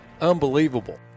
Unbelievable